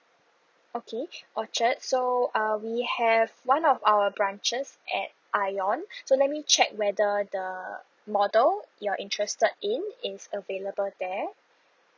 okay orchard so uh we have one of our branches at ion so let me check whether the model you're interested in is available there